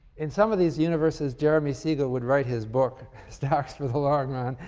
in some of these universes, jeremy siegel would write his book, stocks for the long run,